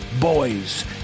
boys